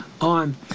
on